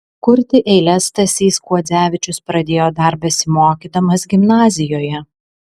kurti eiles stasys kuodzevičius pradėjo dar besimokydamas gimnazijoje